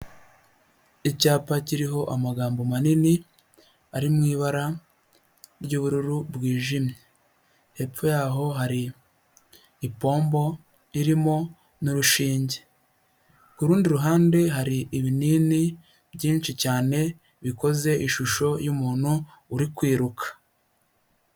Icyapa kiriho amagambo manini ari mu ibara ry'ubururu bwijimye, hepfo yaho hari ipombo irimo n'urushinge, ku rundi ruhande hari ibinini byinshi cyane bikoze ishusho y'umuntu uri kwiruka.